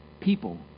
people